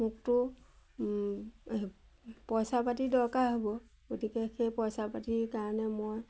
মোকতো পইচা পাতি দৰকাৰ হ'ব গতিকে সেই পইচা পাতিৰ কাৰণে মই